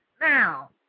Now